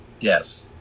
yes